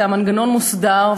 המנגנון מוסדר,